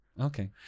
Okay